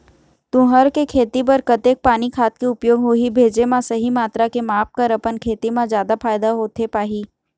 तुंहर के खेती बर कतेक पानी खाद के उपयोग होही भेजे मा सही मात्रा के माप कर अपन खेती मा जादा फायदा होथे पाही?